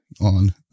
on